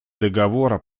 договора